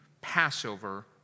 Passover